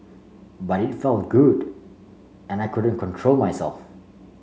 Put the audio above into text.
but it felt good and I couldn't control myself